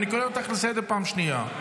אני קורא אותך לסדר פעם ראשונה.